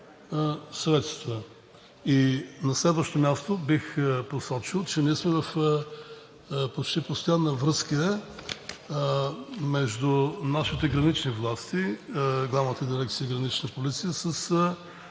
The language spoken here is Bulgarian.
средства. На следващо място бих посочил, че ние сме в почти постоянна връзка между нашите гранични власти, Главна дирекция „Гранична полиция“,